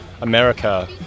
America